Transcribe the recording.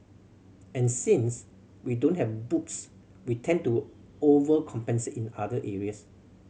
and since we don't have boobs we tend to overcompensate in other areas